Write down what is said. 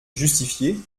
justifiée